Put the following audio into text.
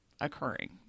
occurring